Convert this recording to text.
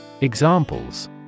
Examples